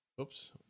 Oops